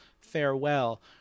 farewell